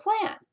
plan